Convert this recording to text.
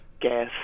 Guess